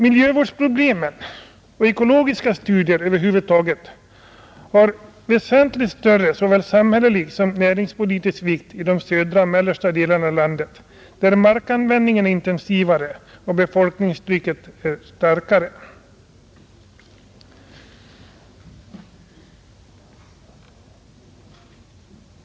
Miljövårdsproblemen och ekologiska studier över huvud taget har väsentligt större såväl samhällelig som näringspolitisk vikt i de södra och mellersta delarna av landet enär markanvändningen är intensivare och befolkningstrycket är starkare.